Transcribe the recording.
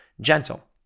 gentle